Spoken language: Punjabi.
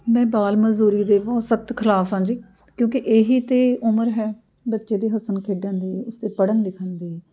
ਮੈਂ ਬਾਲ ਮਜ਼ਦੂਰੀ ਦੇ ਬਹੁਤ ਸਖ਼ਤ ਖਿਲਾਫ ਹਾਂ ਜੀ ਕਿਉਂਕਿ ਇਹੀ ਤਾਂ ਉਮਰ ਹੈ ਬੱਚੇ ਦੇ ਹੱਸਣ ਖੇਡਣ ਦੀ ਉਸਦੇ ਪੜ੍ਹਨ ਲਿਖਣ ਦੀ